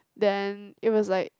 then it was like